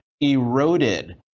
eroded